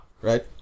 Right